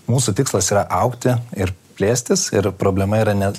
mūsų tikslas yra augti ir plėstis ir problema yra ne